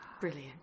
Brilliant